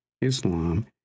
Islam